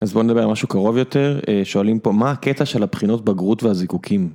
אז בוא נדבר על משהו קרוב יותר. שואלים פה "מה הקטע של הבחינות בגרות והזיקוקים"?